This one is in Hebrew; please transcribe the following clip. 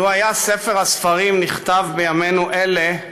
לו היה ספר הספרים נכתב בימינו אלה,